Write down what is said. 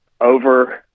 over